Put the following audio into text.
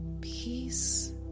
Peace